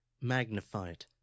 magnified